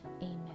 Amen